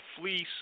fleece